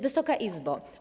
Wysoka Izbo!